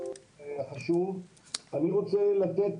ואני רוצה לתת